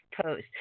post